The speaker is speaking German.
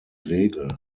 regel